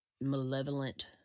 malevolent